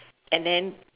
and then